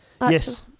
yes